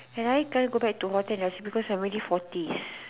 can I tell go to back hotel because I am already forties